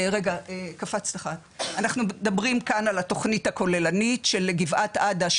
אנחנו מדברים כאן על התכנית הכוללנית של גבעת עדה,